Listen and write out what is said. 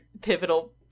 pivotal